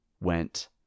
went